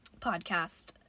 podcast